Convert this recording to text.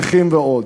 נכים ועוד.